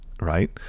right